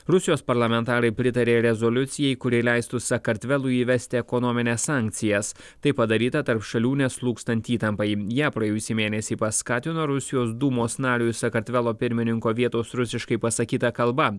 rusijos parlamentarai pritarė rezoliucijai kuri leistų sakartvelui įvesti ekonomines sankcijas tai padaryta tarp šalių neslūgstant įtampai ją praėjusį mėnesį paskatino rusijos dūmos nariui sakartvelo pirmininko vietos rusiškai pasakyta kalba